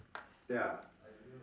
ya